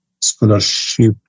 scholarship